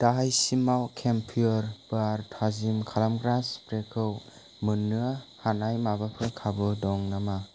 दाहायसिमाव केमपिअर बार थाजिम खालामग्रा स्प्रेखौ मोन्नो हानाय माबाफोर खाबु दं नामा